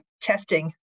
testing